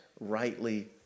rightly